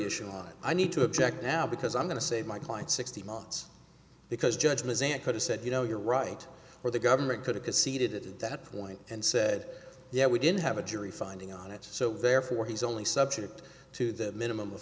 issue on it i need to object now because i'm going to save my client sixty months because judge mazak could've said you know you're right or the government could have conceded that point and said yeah we didn't have a jury finding on it so therefore he's only subject to the minimum of